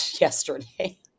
yesterday